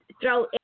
throw